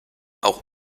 auch